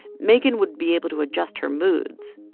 megan would be able to adjust her moods,